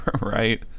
right